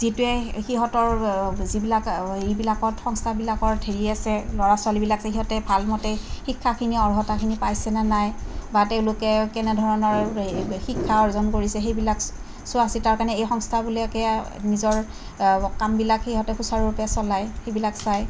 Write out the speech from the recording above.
যিটোৱে সিহঁতৰ যিবিলাক এইবিলাকত সংস্থাবিলাকত হেৰি আছে ল'ৰা ছোৱালীবিলাক আছে সিহঁতে ভালমতে শিক্ষাখিনি অৰ্হতাখিনি পাইছেনে নাই বা তেওঁলোকে কেনেধৰণৰ শিক্ষা অৰ্জন কৰিছে সেইবিলাক চোৱাচিতাৰ কাৰণে এই সংস্থাবিলাকে নিজৰ কামবিলাক সিহঁতে সুচাৰুৰূপে চলায় সেইবিলাক চায়